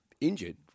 injured